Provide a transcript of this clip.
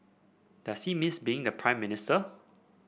does he miss being the Prime Minister